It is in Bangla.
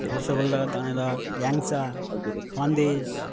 রসগোল্লা দানাদার ল্যাংচা সন্দেশ